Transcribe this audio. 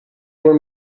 were